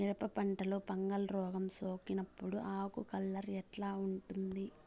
మిరప పంటలో ఫంగల్ రోగం సోకినప్పుడు ఆకు కలర్ ఎట్లా ఉంటుంది?